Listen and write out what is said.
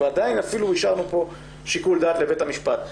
ועדיין אפילו השארנו פה שיקול דעת לבית המשפט.